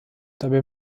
dabei